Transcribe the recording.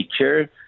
nature